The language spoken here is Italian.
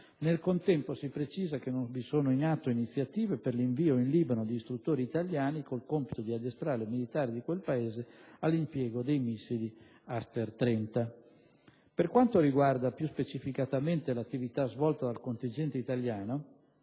Nel contempo, si precisa che non vi sono in atto iniziative per l'invio in Libano di istruttori italiani con il compito di addestrare militari di quel Paese all'impiego dei missili ASTER 30. Per quanto riguarda, più specificatamente, l'attività svolta dal contingente italiano,